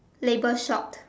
label shop